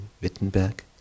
Wittenberg